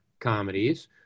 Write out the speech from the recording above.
comedies